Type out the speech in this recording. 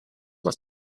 was